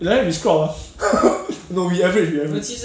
like that we scrub ah no we average we average